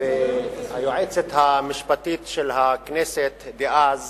והיועצת המשפטית של הכנסת דאז